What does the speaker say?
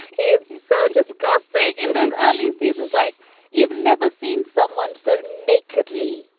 he's so disgusting in those early seasons, like you've never seen someone so nakedly,